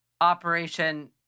Operation